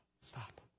stop